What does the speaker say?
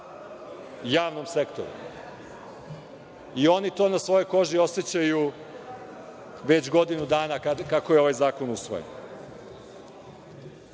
javnom sektoru i oni to na svojoj koži osećaju već godinu dana, kako je ovaj zakon